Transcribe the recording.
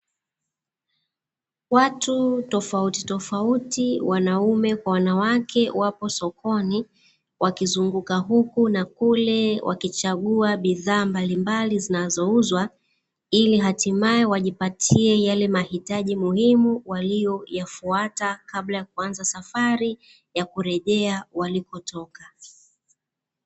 Watu tofautitofauti wanaume kwa wanawake wapo sokoni wakizunguka huku na kule wakichagua bidhaa mbalimbali zinazouzwa, ili hatimae wajipatie yale mahitaji muhimu waliyoyafuata kabla ya kuanza safari ya kurejea walipotoka.